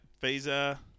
visa